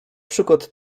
przykład